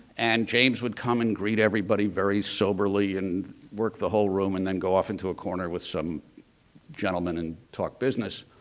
and james would come and great everybody very soberly and work the whole room and then go off into a corner with some gentlemen and talk business.